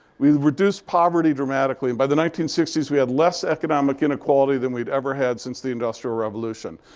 we reduced poverty dramatically. and by the nineteen sixty s, we had less economic inequality than we'd ever had since the industrial revolution.